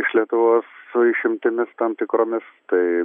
iš lietuvos su išimtimis tam tikromis tai